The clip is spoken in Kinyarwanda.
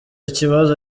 ikibazo